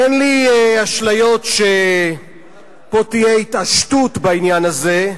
אין לי אשליות שפה תהיה התעשתות בעניין הזה,